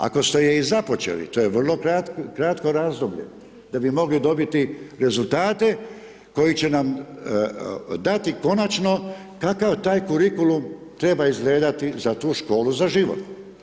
Ako ste ju i započeli, to je vrlo kratko razdoblje da bi mogli dobiti rezultate koji će nam dati konačno kakav taj kurikulum treba izgledati za tu školu za život.